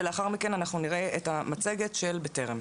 ולאחר מכן נראה את המצגת של בטרם.